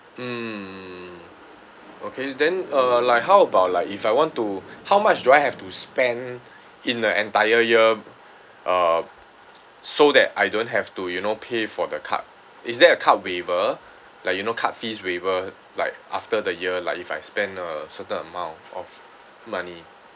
mm okay then uh like how about like if I want to how much do I have to spend in the entire year uh so that I don't have to you know pay for the card is there a card waiver like you know card fees waiver like after the year like if I spend a certain amount of of money